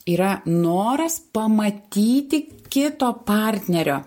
yra noras pamatyti kito partnerio